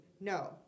no